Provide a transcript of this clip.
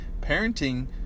Parenting